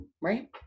Right